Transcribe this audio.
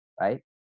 Right